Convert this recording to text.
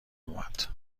اومد